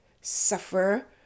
suffer